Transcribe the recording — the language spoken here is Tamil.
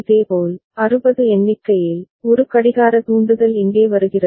இதேபோல் 60 எண்ணிக்கையில் ஒரு கடிகார தூண்டுதல் இங்கே வருகிறது